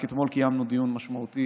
רק אתמול קיימנו דיון משמעותי